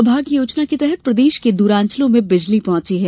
सौभाग्य योजना के तहत प्रदेश के दूरांचलों में बिजली पहुंची है